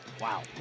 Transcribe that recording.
Wow